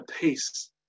peace